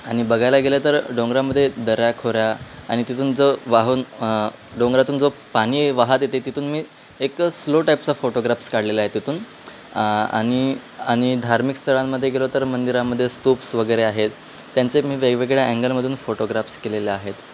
आणि बघायला गेलं तर डोंगरामध्ये दऱ्याखोऱ्या आणि तिथून जो वाहून डोंगरातून जो पाणी वाहत येते तिथून मी एक स्लो टाईपचा फोटोग्राफ्स काढलेला आहे तिथून आणि आणि धार्मिक स्थळांमध्ये गेलो तर मंदिरामध्ये स्तूप्स वगैरे आहेत त्यांचे मी वेगवेगळ्या अँगलमधून फोटोग्राफ्स केलेले आहेत